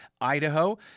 Idaho